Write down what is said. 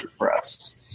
depressed